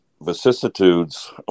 vicissitudes